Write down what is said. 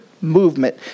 Movement